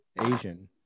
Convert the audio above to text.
Asian